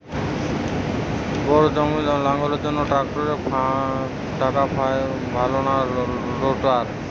Bore ধানের জমি লাঙ্গলের জন্য ট্রাকটারের টানাফাল ভালো না রোটার?